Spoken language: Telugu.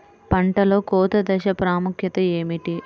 పంటలో కోత దశ ప్రాముఖ్యత ఏమిటి?